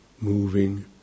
moving